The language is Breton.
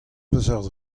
peseurt